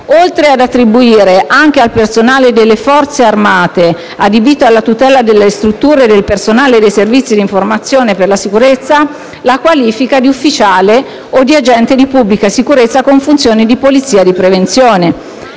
Inoltre, si attribuisce anche al personale delle Forze armate adibito alla tutela delle strutture e del personale dei Servizi di informazione per la sicurezza la qualifica di ufficiale o di agente di pubblica sicurezza con funzioni di polizia di prevenzione.